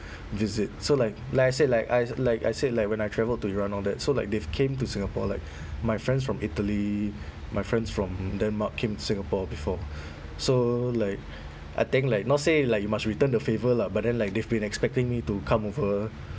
visit so like like I said like I like I said like when I travel to iran all that so like they've came to singapore like my friends from italy my friends from denmark came to singapore before so like I think like not say like you must return the favour lah but then like they've been expecting me to come over